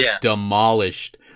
demolished